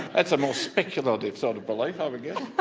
that's a more speculative sort of belief i would guess.